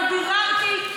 אבל ביררתי,